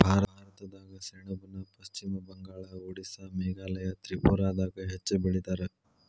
ಭಾರತದಾಗ ಸೆಣಬನ ಪಶ್ಚಿಮ ಬಂಗಾಳ, ಓಡಿಸ್ಸಾ ಮೇಘಾಲಯ ತ್ರಿಪುರಾದಾಗ ಹೆಚ್ಚ ಬೆಳಿತಾರ